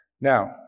Now